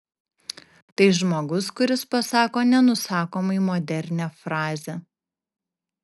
tai žmogus kuris pasako nenusakomai modernią frazę